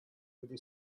ever